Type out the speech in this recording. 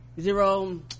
zero